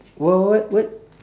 what what what